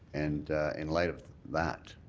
and in light of that,